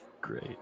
great